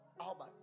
Albert